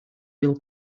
will